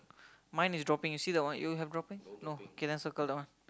mine is dropping you see that one you have dropping no K then circle that one